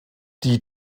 die